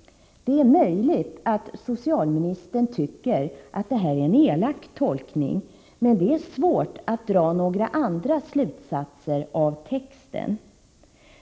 = rd kasituationen för Det är möjligt att socialministern tycker att detta är en elak tolkning, men det vissa ATP-pensioär svårt att dra några andra slutsatser av texten.